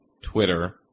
Twitter